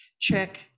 check